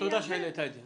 תודה שהעלית את זה.